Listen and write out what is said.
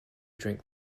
drink